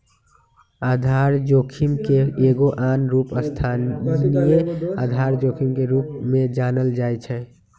आधार जोखिम के एगो आन रूप स्थानीय आधार जोखिम के रूप में जानल जाइ छै